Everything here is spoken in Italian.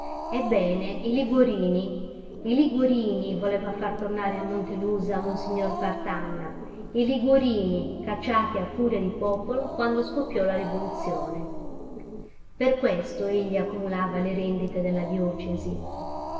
ebbene i liguorini i liguorini voleva far tornare a montelusa monsignor partanna i liguorini cacciati a furia di popolo quando scoppiò la rivoluzione per questo egli accumulava le rendite della diocesi